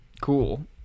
cool